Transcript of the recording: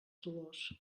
dolors